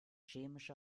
chemische